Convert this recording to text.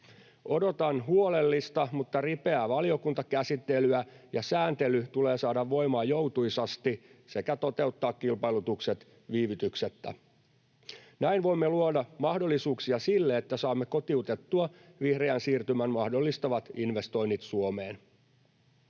Odotan huolellista mutta ripeää valiokuntakäsittelyä, ja sääntely tulee saada voimaan joutuisasti sekä toteuttaa kilpailutukset viivytyksettä. Näin voimme luoda mahdollisuuksia siihen, että saamme kotiutettua vihreän siirtymän mahdollistavat investoinnit Suomeen.